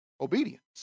Obedience